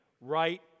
right